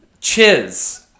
chiz